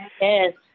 yes